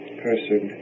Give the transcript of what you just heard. person